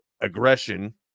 aggression